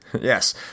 Yes